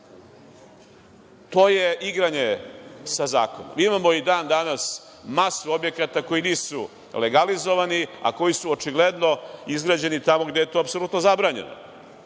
To je igranje sa zakonom. Imamo i dan danas masu objekata koji nisu legalizovani, a koji su očigledno izgrađeni tamo gde je to apsolutno zabranjeno.